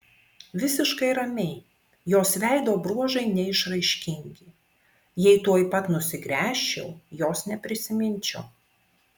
visiškai ramiai jos veido bruožai neišraiškingi jei tuoj pat nusigręžčiau jos neprisiminčiau